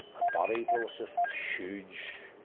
a body blow, it's just huge,